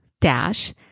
dash